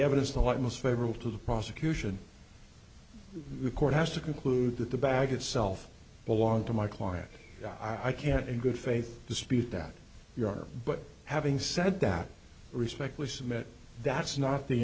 evidence the light most favorable to the prosecution the court has to conclude that the bag itself belonged to my client i can't in good faith dispute that you are but having said that respect we submit that's not the